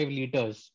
liters